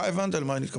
אתה הבנת למה אני מתכוון.